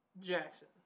Jackson